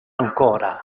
ancora